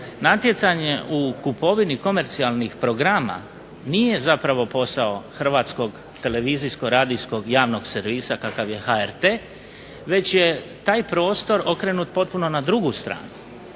Natjecanje u kupovini komercijalnih programa nije zapravo posao Hrvatskog televizijskog, javnog, radijskog servisa kakav je HRT veće je taj prostor okrenut potpuno na drugu stranu.